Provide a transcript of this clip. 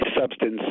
substance